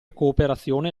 cooperazione